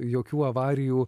jokių avarijų